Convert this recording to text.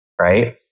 right